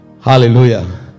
hallelujah